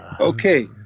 Okay